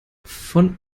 von